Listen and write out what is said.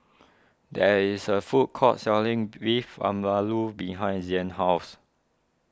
there is a food court selling Beef Vindaloo behind Zain's house